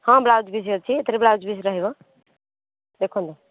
ହଁ blouse piece ଅଛି ଏଥିରେ ବ୍ଲାଉଜ୍ ପିସ୍ ରହିବ ଦେଖନ୍ତୁ